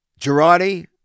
Girardi